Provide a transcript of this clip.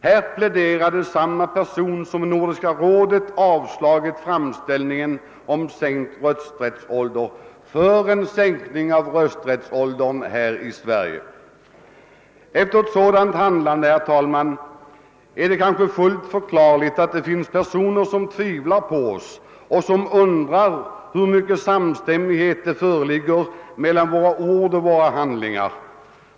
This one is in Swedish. Här pläderade samma person, som i Nordiska rådet avstyrkt framställningen om sänkt rösträttsålder, för en sänkning av rösträttsåldern i Sverige. Efter ett sådant handlande, herr talman, är det kanske fuilt förklarligt att det finns personer som tvivlar på oss och som undrar hur stor samstämmighet det föreligger mellan våra ord och våra handlingar.